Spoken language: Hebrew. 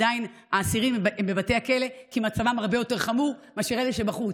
עדיין האסירים הם בבתי הכלא כי מצבם הרבה יותר חמור מאשר אלה שבחוץ.